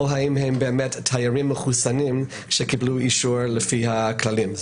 או האם הם באמת תיירים מחוסנים שקיבלו אישור לפי הכללים?